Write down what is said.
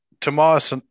Tomas